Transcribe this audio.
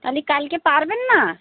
তাহলে কালকে পারবেন না